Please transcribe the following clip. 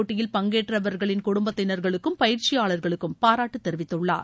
போட்டியில் பங்கேற்றவர்களின் குடும்பத்தினர்களுக்கும் மேலும் சிறப்பு பயிற்சியாளர்களுக்கும் பாராட்டு தெரிவித்துள்ளார்